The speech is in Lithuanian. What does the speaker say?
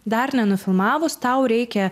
dar nenufilmavus tau reikia